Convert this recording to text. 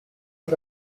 are